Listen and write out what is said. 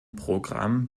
programm